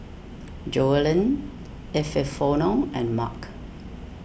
Joellen Epifanio and Marc